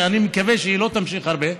שאני מקווה שהיא לא תמשיך הרבה,